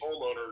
homeowners